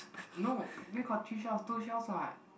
no where got three shells two shells what